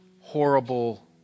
horrible